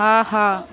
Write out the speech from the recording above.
ஆஹா